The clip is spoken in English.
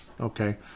okay